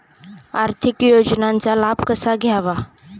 आर्थिक योजनांचा लाभ कसा घ्यावा?